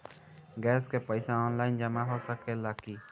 Gas के पइसा online जमा हो सकेला की?